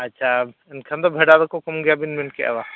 ᱟᱪᱪᱷᱟ ᱢᱮᱱᱠᱷᱟᱱ ᱫᱚ ᱵᱷᱮᱰᱟ ᱫᱚᱠᱚ ᱠᱚᱢ ᱜᱮᱭᱟ ᱟᱹᱵᱤᱱ ᱢᱮᱱ ᱠᱮᱜᱼᱟ ᱵᱟ